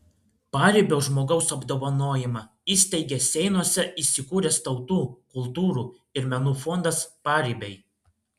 paribio žmogaus apdovanojimą įsteigė seinuose įsikūręs tautų kultūrų ir menų fondas paribiai